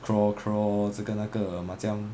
crawl crawl 这个那个 macam